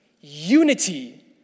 unity